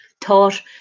taught